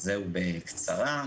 זהו בקצרה.